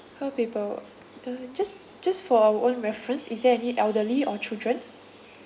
four people uh just just for our own reference is there any elderly or children